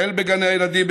החל בגני הילדים,